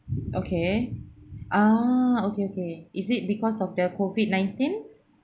okay ah okay okay is it because of the COVID nineteen